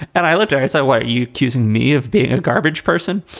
and i litter there as i watched you accusing me of being a garbage person.